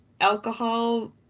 alcohol